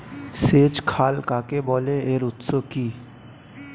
সেচ খাল কাকে বলে এর উৎস কি?